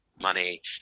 money